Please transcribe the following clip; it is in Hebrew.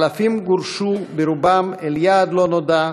האלפים גורשו ברובם אל יעד לא נודע,